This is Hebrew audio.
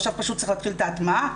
עכשיו פשוט צריך להתחיל את ההטמעה,